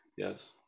Yes